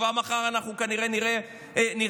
כבר מחר אנחנו כנראה נראה אלימות,